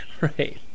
right